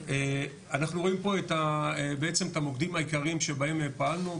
אנחנו רואים פה בעצם את המוקדים העיקריים שבהם פעלנו.